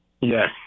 Yes